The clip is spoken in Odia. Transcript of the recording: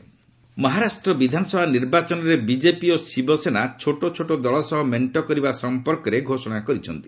ବିଜେପି ଶିବସେନା ମହାରାଷ୍ଟ୍ର ବିଧାନସଭା ନିର୍ବାଚନରେ ବିଜେପି ଓ ଶିବସେନା ଛୋଟ ଛୋଟ ଦଳ ସହ ମେଣ୍ଟ କରିବା ସମ୍ପର୍କରେ ଘୋଷଣା କରିଛନ୍ତି